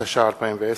התש"ע 2010,